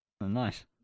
nice